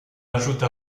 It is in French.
ajoute